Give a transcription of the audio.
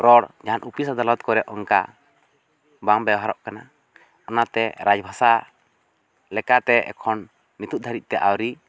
ᱨᱚᱲ ᱡᱟᱦᱟᱱ ᱚᱯᱷᱤᱥ ᱟᱫᱟᱞᱚᱛ ᱠᱚᱨᱮ ᱚᱱᱠᱟ ᱵᱟᱝ ᱵᱮᱣᱦᱟᱨᱚᱜ ᱠᱟᱱᱟ ᱚᱱᱟᱛᱮ ᱨᱟᱡᱽ ᱵᱷᱟᱥᱟ ᱞᱮᱠᱟᱛᱮ ᱮᱠᱷᱚᱱ ᱱᱤᱛ ᱫᱷᱟᱹᱨᱤᱡ ᱛᱮ ᱟᱹᱣᱨᱤ